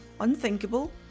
unthinkable